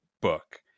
book